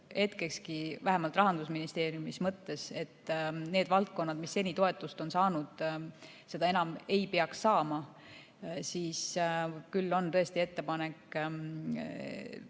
hetkekski vähemalt Rahandusministeeriumil mõttes, et need valdkonnad, mis seni toetust on saanud, seda enam ei peaks saama, siis on tõesti ettepanek